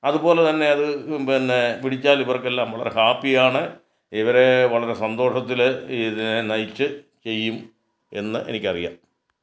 അതുപോലെ തന്നെ അത് പിന്നെ പിടിച്ചാലിവർക്കെല്ലാംവളരെ ഹാപ്പിയാണ് ഇവരെ വളരെ സന്തോഷത്തിൽ ഇതിനെ നയിച്ച് ചെയ്യും എന്ന് എനിക്കറിയാം